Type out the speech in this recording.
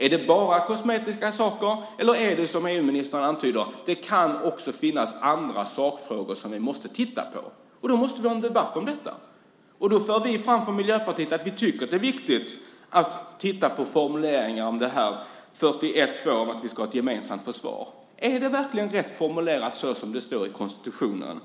Är det bara kosmetiska saker, eller är det som EU-ministern antyder, nämligen att det också kan finnas andra sakfrågor som vi måste titta på. Då måste vi ha en debatt om detta. Då för vi från Miljöpartiet fram att vi tycker att det är viktigt att titta på formuleringar som gäller 41.2 om att vi ska ha ett gemensamt försvar. Är det verkligen rätt formulerat som det står i konstitutionen